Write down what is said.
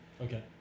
okay